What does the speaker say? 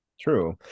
True